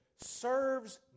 serves